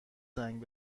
زنگ